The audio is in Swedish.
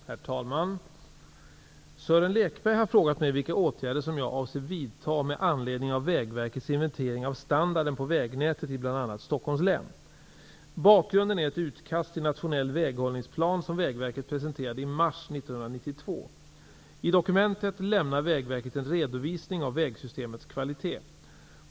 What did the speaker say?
Herr talman! Sören Lekberg har frågat mig vilka åtgärder som jag avser vidta med anledning av Bakgrunden är ett utkast till nationell väghållningsplan som Vägverket presenterade i mars 1992. I dokumentet lämnar Vägverket en redovisning av vägsystemets kvalitet.